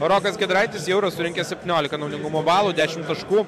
o rokas giedraitis jau yra surinkęs septynioliką naudingumo balų dešimt taškų